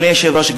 אדוני היושב-ראש,